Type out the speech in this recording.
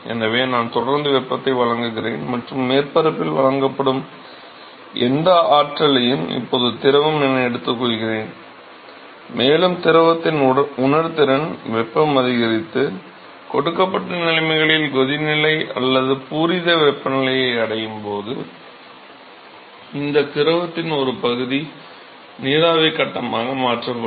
எனவே நான் தொடர்ந்து வெப்பத்தை வழங்குகிறேன் மற்றும் மேற்பரப்பில் வழங்கப்படும் எந்த ஆற்றலையும் இப்போது திரவம் என எடுத்துக்கொள்கிறேன் மேலும் திரவத்தின் உணர்திறன் வெப்பம் அதிகரித்து கொடுக்கப்பட்ட நிலைமைகளில் கொதிநிலை அல்லது பூரித வெப்பநிலையை அடையும் போது இந்த திரவத்தின் ஒரு பகுதி நீராவி கட்டமாக மாற்றப்படும்